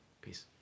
Peace